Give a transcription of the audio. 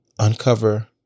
Uncover